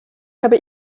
habe